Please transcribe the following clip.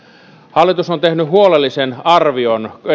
hallitus on tehnyt huolellisen arvion